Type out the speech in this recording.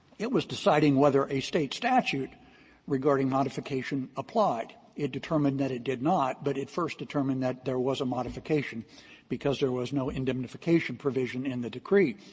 it was deciding whether a state statute regarding modification applied. it determined that it did not, but it first determined that there was a modification because there was no indemnification provision in the decree.